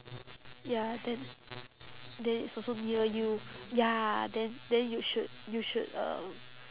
ya then then it's also near you ya then then you should you should um